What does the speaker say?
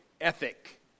ethic